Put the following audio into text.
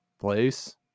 Place